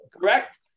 Correct